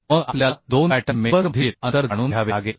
मग आपल्याला 2 batten member मधील अंतर जाणून घ्यावे लागेल